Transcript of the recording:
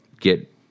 get